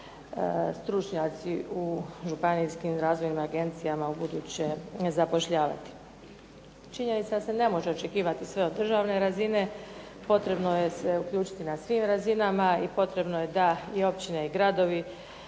stručnjaci u županijskim razvojnim agencijama u buduće zapošljavati. Činjenica da se ne može očekivati sve od državne razine potrebno je se uključiti na svim razinama i potrebno je da i općine i gradovi,